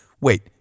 Wait